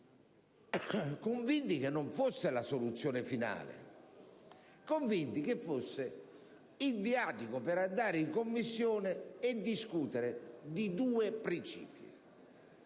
convinti che non fosse la soluzione finale ma il viatico per andare in Commissione e discutere di due principi: